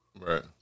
Right